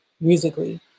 musically